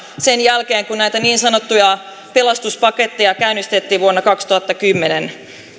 sen jälkeen kun näitä niin sanottuja pelastuspaketteja käynnistettiin vuonna kaksituhattakymmenen